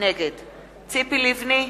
נגד ציפי לבני,